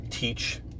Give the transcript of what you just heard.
teach